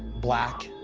black,